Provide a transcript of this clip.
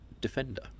Defender